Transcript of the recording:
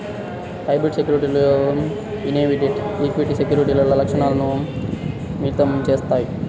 hybrid సెక్యూరిటీలు అనేవి debt, equity సెక్యూరిటీల లక్షణాలను మిళితం చేత్తాయి